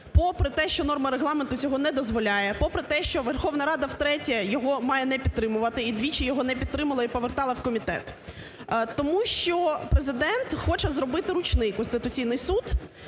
попри те, що норма Регламенту цього не дозволяє, попри те, що Верховна Рада втретє його має не підтримувати і двічі його не підтримала і повертала в комітет? Тому що Президент хоче зробити "ручний" Конституційний Суд.